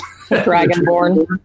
Dragonborn